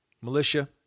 Militia